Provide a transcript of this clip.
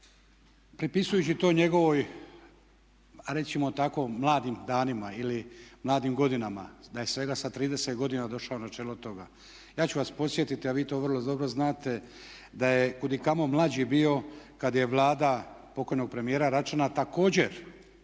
pripisujući to njegovoj, a reći ćemo tako mladim danima ili mladim godinama da je svega sa 30 godina došao na čelo toga. Ja ću vas podsjetiti, a vi to vrlo dobro znate, da je kudikamo mlađi bio kada je Vlada pokojnog premijera Račana također